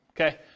Okay